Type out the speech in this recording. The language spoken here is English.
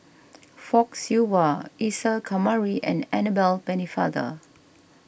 Fock Siew Wah Isa Kamari and Annabel Pennefather